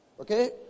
Okay